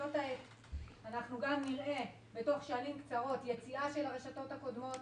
אנחנו נראה בתוך שנים מעטות יציאה של הרשתות הקודמות,